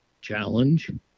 Challenge